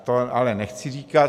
To ale nechci říkat.